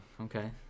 okay